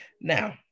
now